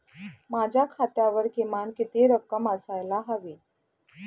माझ्या खात्यावर किमान किती रक्कम असायला हवी?